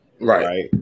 right